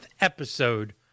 episode